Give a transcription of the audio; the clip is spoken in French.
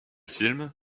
film